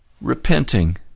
repenting